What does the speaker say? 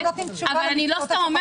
אני רוצה לומר